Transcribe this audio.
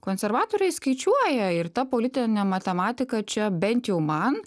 konservatoriai skaičiuoja ir ta politinė matematika čia bent jau man